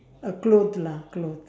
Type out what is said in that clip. a clothes lah clothes